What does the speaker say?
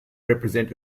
represent